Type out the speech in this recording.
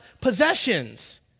possessions